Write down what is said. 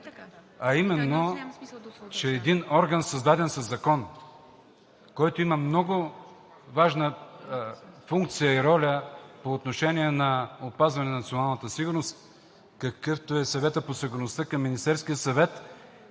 а именно че един орган, създаден със закон, който има много важна функция и роля по отношение на опазване на националната сигурност, какъвто е Съветът по сигурността към Министерския съвет,